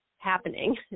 Happening